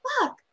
fuck